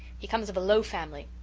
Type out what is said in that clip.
he comes of a low family.